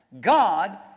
God